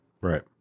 Right